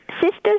Sister's